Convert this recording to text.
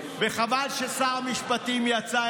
חבל ששר המשפטים יצא,